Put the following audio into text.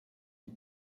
est